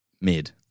mid-